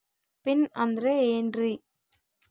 Pin ಅಂದ್ರೆ ಏನ್ರಿ?